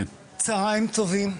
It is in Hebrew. צהריים טובים.